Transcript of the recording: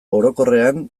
orokorrean